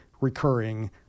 recurring